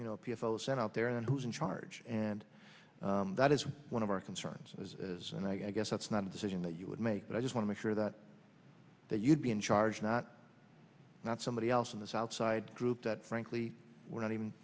sent out there and who's in charge and that is one of our concerns is as and i guess that's not a decision that you would make but i just want make sure that that you'd be in charge not not somebody else in this outside group that frankly we're not even